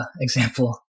example